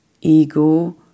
ego